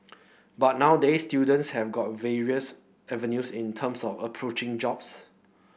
but nowadays students have got various avenues in terms of approaching jobs